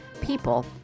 people